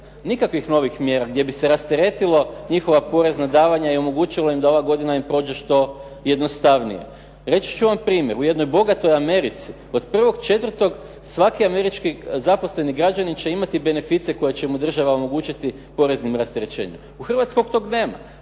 nikakvih novih mjera, gdje bi se rasteretila njihova porezna davanja i omogućilo im da ova godina im prođe što jednostavnije. Reći ću vam primjer, u jednoj bogatoj Americi od 1. 4. svaki američki zaposleni građanin će imati beneficije koje će mu država omogućiti poreznim rasterećenjem. U Hrvatskoj toga nema,